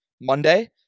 monday